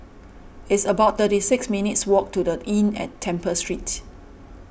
it's about thirty six minutes' walk to the Inn at Temple Street